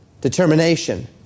determination